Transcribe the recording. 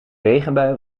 regenbui